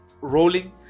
rolling